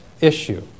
issue